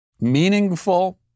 meaningful